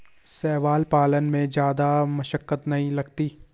शैवाल पालन में जादा मशक्कत नहीं लगती